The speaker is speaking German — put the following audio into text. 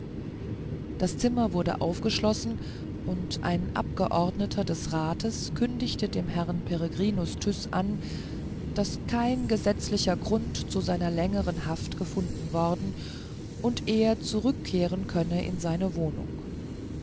das zimmer wurde aufgeschlossen und ein abgeordneter des rats kündigte dem herrn peregrinus tyß an daß kein gesetzlicher grund zu seiner längeren haft gefunden worden und er zurückkehren könne in seine wohnung